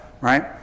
right